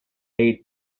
eight